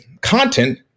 content